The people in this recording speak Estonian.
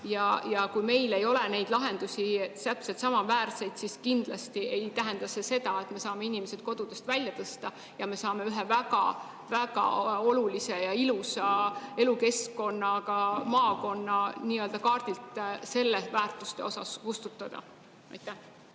Ja kui meil ei ole neid lahendusi täpselt samaväärseid, siis kindlasti ei tähenda see seda, et me saame inimesed kodudest välja tõsta ja me saame ühe väga-väga olulise ja ilusa elukeskkonnaga maakonna kaardilt selle väärtuste mõttes